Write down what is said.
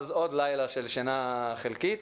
אז עוד לילה של שינה חלקית,